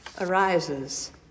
arises